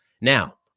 Now